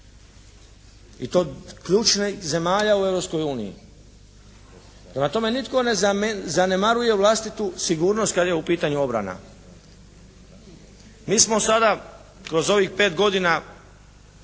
I to ključnih zemalja u Europskoj uniji. Prema tome, nitko ne zanemaruje vlastitu sigurnost kada je u pitanju obrana. Mi smo sada kroz ovih pet godina